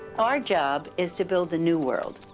our job is to build the new world.